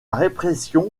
répression